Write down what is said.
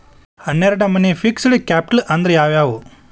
ಹನ್ನೆರ್ಡ್ ನಮ್ನಿ fixed capital ಅಂದ್ರ ಯಾವವ್ಯಾವು?